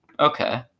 Okay